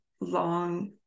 long